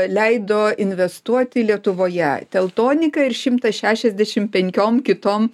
leido investuoti lietuvoje teltonika ir šimtas šešiasdešim penkiom kitom